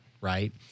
right